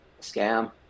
scam